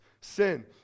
sin